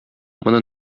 моны